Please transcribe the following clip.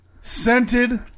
Scented